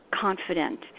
confident